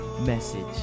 message